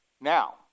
now